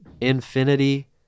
Infinity